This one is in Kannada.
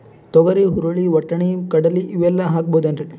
ತೊಗರಿ, ಹುರಳಿ, ವಟ್ಟಣಿ, ಕಡಲಿ ಇವೆಲ್ಲಾ ಹಾಕಬಹುದೇನ್ರಿ?